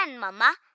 Mama